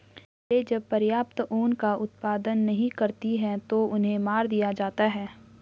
भेड़ें जब पर्याप्त ऊन का उत्पादन नहीं करती हैं तो उन्हें मार दिया जाता है